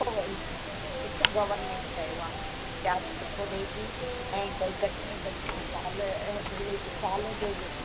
थोरो सुठो गवर्मेंट कयो आहे व्याजु सुठो ॾे थी ऐं भई घट में घटि तव्हा साल साल जो